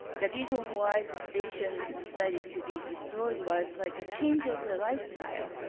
the reason why the station decided to be destroyed was like a change of the lifestyle.